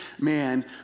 man